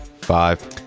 Five